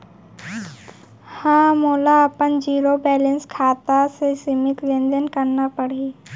का मोला अपन जीरो बैलेंस खाता से सीमित लेनदेन करना पड़हि?